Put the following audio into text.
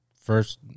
first